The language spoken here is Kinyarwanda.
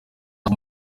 abo